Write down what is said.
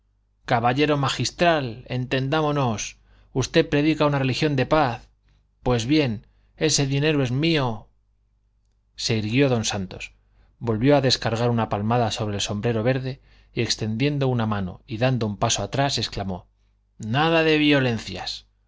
caballero magistral entendámonos usted predica una religión de paz pues bien ese dinero es mío se irguió don santos volvió a descargar una palmada sobre el sombrero verde y extendiendo una mano y dando un paso atrás exclamó nada de violencias